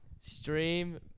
Stream